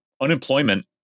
unemployment